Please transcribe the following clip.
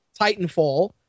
Titanfall